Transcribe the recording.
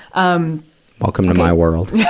um welcome to my world.